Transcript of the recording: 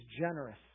generous